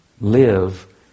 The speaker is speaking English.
live